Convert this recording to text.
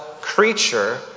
creature